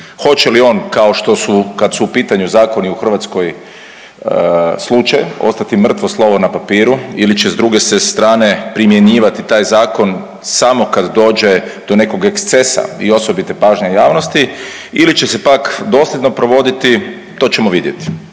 Hoće li on, kao što su, kad su u pitanju zakoni u Hrvatskoj slučaj ostati mrtvo slovo na papiru ili će s druge se strane primjenjivati taj Zakon samo kad dođe do nekog ekscesa i osobite pažnje javnosti ili će se pak dosljedno provoditi, to ćemo vidjeti.